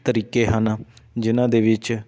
ਤਰੀਕੇ ਹਨ ਜਿਨ੍ਹਾਂ ਦੇ ਵਿੱਚ